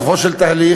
בסופו של תהליך,